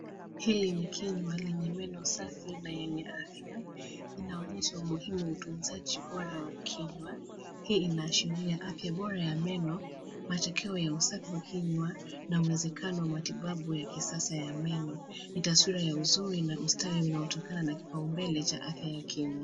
Hili ni kinywa lenye meno safi na yenye afya, inaonyesha umuhimu wa utanzaji bora wa kinywa. Hii inaashiria afya bora ya meno, matokeo ya usafi wa kinywa na uwezakano wa matibabu ya kisasa ya meno. Ni taswira ya uzuri na ustawi unaotokana na kipao mbele cha afya ya kinywa.